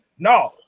No